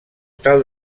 tal